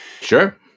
Sure